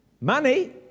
money